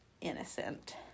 innocent